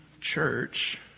church